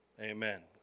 amen